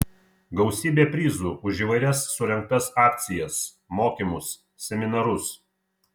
gausybė prizų už įvairias surengtas akcijas mokymus seminarus